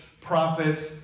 prophets